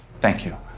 thank you.